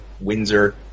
Windsor